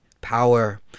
power